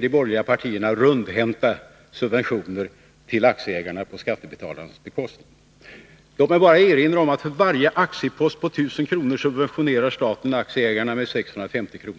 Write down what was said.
de borgerliga partierna rundhänta subventioner till aktieägarna på skattebetalarnas bekostnad. Låt mig bara erinra om att för varje aktiepost på 1 000 kr. subventionerar staten aktieägarna med 650 kr.